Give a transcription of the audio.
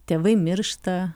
tėvai miršta